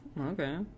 Okay